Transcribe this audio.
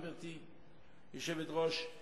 גברתי היושבת-ראש,